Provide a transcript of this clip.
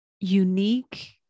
unique